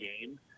game